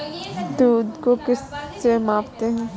दूध को किस से मापते हैं?